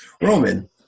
Roman